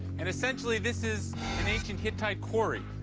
and essentially this is an ancient hittite quarry.